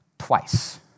twice